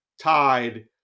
tied